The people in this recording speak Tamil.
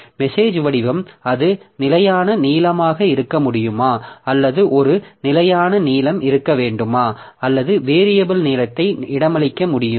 மெசேஜ் வடிவம் அது நிலையான நீளமாக இருக்க முடியுமா அல்லது ஒரு நிலையான நீளம் இருக்க வேண்டுமா அல்லது வேரியபில் நீளத்தையும் இடமளிக்க முடியுமா